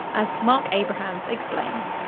as mark abrahams explains.